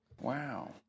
Wow